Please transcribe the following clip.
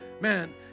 Man